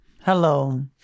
Hello